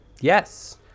Yes